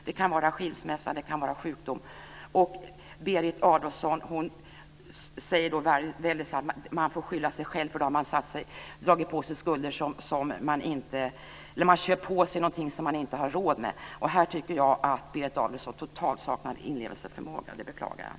Det kan vara skilsmässa, sjukdom, osv. Berit Adolfsson säger då att man får skylla sig själv, eftersom man har köpt saker som man inte har råd med och har dragit på sig skulder som man inte klarar av. Här tycker jag Berit Adolfsson helt saknar inlevelseförmåga, vilket jag beklagar.